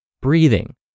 breathing